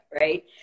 Right